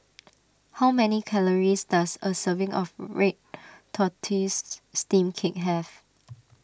how many calories does a serving of Red Tortoise Steamed Cake have